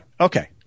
okay